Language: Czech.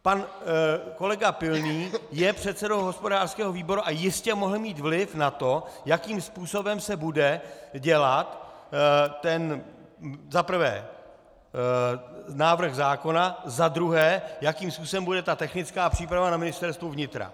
Pan kolega Pilný je předsedou hospodářského výboru a jistě mohl mít vliv na to, jakým způsobem se bude dělat za prvé ten návrh zákona, za druhé jakým způsobem bude technická příprava na Ministerstvu vnitra.